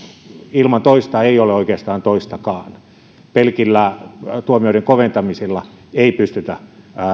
ilman toista ei ole oikeastaan toistakaan pelkillä tuomioiden koventamisilla ei pystytä